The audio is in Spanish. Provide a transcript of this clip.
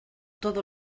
todos